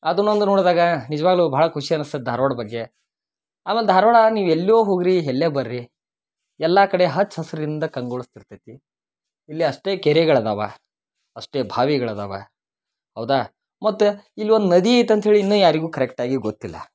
ಅದನ್ನೊಂದು ನೋಡಿದಾಗ ನಿಜ್ವಾಗಲು ಭಾಳ ಖುಷಿ ಅನ್ನಿಸ್ತದೆ ಧಾರ್ವಾಡ ಬಗ್ಗೆ ಆಮೇಲೆ ಧಾರ್ವಾಡ ನೀವು ಎಲ್ಲೋ ಹೋಗ್ರಿ ಎಲ್ಲೇ ಬರ್ರಿ ಎಲ್ಲಾ ಕಡೆ ಹಚ್ಚ ಹಸಿರಿಂದ ಕಂಗೊಳಸ್ತಿರ್ತೈತಿ ಇಲ್ಲಿ ಅಷ್ಟೇ ಕೆರೆಗಳಾದವ ಅಷ್ಟೇ ಬಾವಿಗಳಾದವ ಹೌದಾ ಮತ್ತು ಇಲ್ಲಿ ಒಂದು ನದಿ ಇತ್ತು ಅಂತ್ಹೇಳಿ ಇನ್ನ ಯಾರಿಗು ಕರೆಕ್ಟಾಗಿ ಗೊತ್ತಿಲ್ಲ